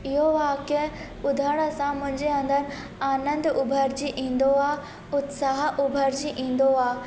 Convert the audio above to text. इहो वाक्य ॿुधण सां मुंहिंजे अंदरि आनंद उभरजी ईंदो आ उत्साहु उभरजी ईंदो आहे